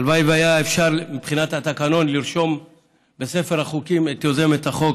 הלוואי והיה אפשר מבחינת התקנון לרשום בספר החוקים את יוזמת החוק,